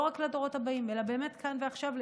לא רק לדורות הבאים אלא באמת כאן ועכשיו,